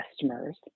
customers